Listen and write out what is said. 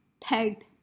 pegged